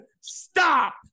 Stop